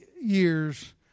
years